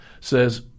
says